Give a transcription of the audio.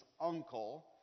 uncle